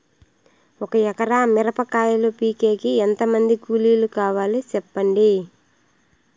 ఒక ఎకరా మిరప కాయలు పీకేకి ఎంత మంది కూలీలు కావాలి? సెప్పండి?